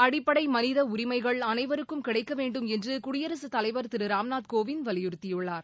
அடிப்படை மனித உரிமைகள் அனைவருக்கும் கிடைக்க வேண்டும் என்று குடியரசுத்தலைவா் திரு ராம்நாத் கோவிந்த் வலியுறுத்தியுள்ளார்